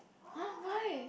[huh] why